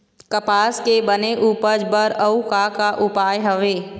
कपास के बने उपज बर अउ का का उपाय हवे?